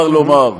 לומר.